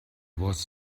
was